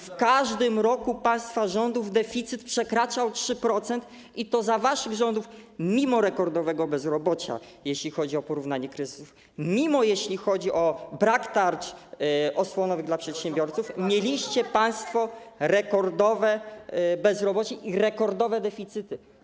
W każdym roku państwa rządów deficyt przekraczał 3% i to za waszych rządów mimo rekordowego bezrobocia, jeśli chodzi o porównanie kryzysów, jeśli chodzi o brak tarcz osłonowych dla przedsiębiorców, mieliście państwo rekordowe bezrobocie i rekordowe deficyty.